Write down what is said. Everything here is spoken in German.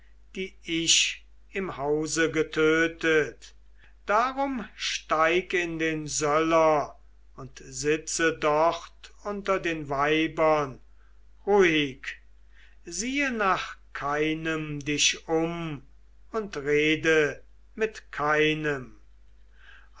die ich im hause getötet darum steig in den söller und sitze dort unter den weibern ruhig siehe nach keinem dich um und rede mit keinem